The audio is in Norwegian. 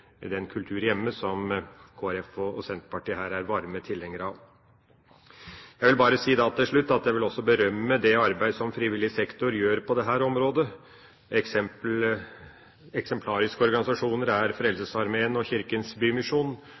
den kultur som Kristelig Folkeparti og Senterpartiet er varme tilhengere av. Jeg vil til slutt bare berømme det arbeidet som frivillig sektor gjør på dette området. Eksemplariske organisasjoner er Frelsesarmeen og Kirkens Bymisjon,